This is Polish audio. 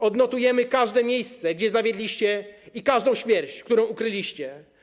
Odnotujemy każde miejsce, gdzie zawiedliście, i każdą śmierć, którą ukryliście.